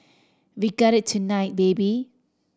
we got it tonight baby